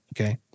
Okay